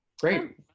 Great